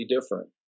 different